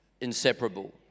inseparable